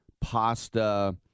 pasta